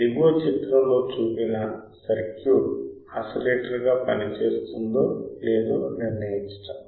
దిగువ చిత్రంలో చూపిన సర్క్యూట్ ఆసిలేటర్గా పనిచేస్తుందో లేదో నిర్ణయించడం